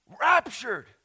Raptured